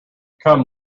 come